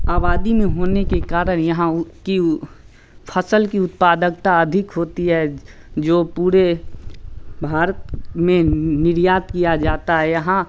आबादी में होने के कारण यहाँ वह कि वह फ़सल की उत्पादकता अधिक होती है जो पूरे भारत में निर्यात किया जाता है यहाँ